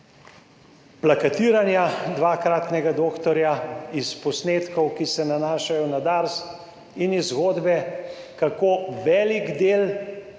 plakatiranja dvakratnega doktorja, iz posnetkov, ki se nanašajo na Dars in iz zgodbe, kako velik del